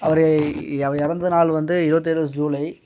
அவர் அவர் இறந்தநாள் வந்து இருபத்தேழு சூலை